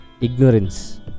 Ignorance